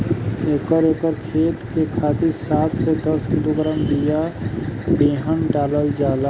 एक एकर खेत के खातिर सात से दस किलोग्राम बिया बेहन डालल जाला?